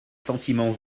sentiment